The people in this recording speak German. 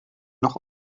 noch